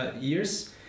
years